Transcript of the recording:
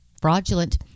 fraudulent